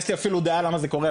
יש לי אפילו דעה למה זה קורה,